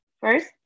first